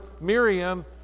Miriam